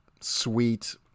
sweet